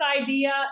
idea